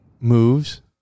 moves